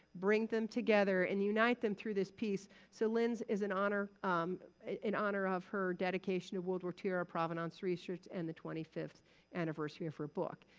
bring them together, and unite them through this piece. so lynn's is in honor in honor of her dedication to world war ii-era provenance research and the twenty fifth anniversary of her book.